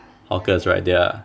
hawkers right they're